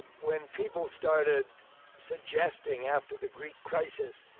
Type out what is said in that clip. when people started suggesting after the greek crises,